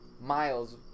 miles